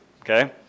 okay